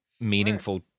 meaningful